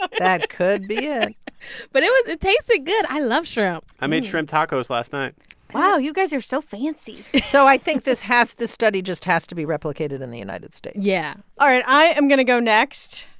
that could be it but it was it tasted good. i love shrimp i made shrimp tacos last night wow. you guys are so fancy so i think this has this study just has to be replicated in the united states yeah. all right. i am going to go next.